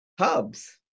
hubs